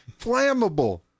Flammable